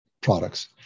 products